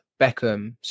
Beckham